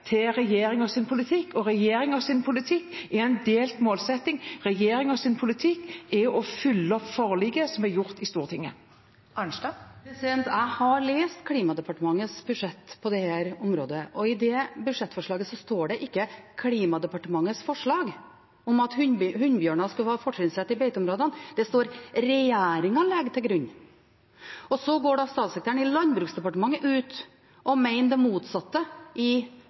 politikk har en delt målsetting. Regjeringens politikk er å følge opp forliket som er gjort i Stortinget. Marit Arnstad – til oppfølgingsspørsmål. Jeg har lest Klimadepartementets budsjett på dette området, og i det budsjettforslaget står det ikke at det er Klimadepartementets forslag at hunnbjørner skal ha fortrinnsrett i beiteområdene, det står at regjeringen legger det til grunn. Så går statssekretæren i Landbruksdepartementet ut og mener det motsatte i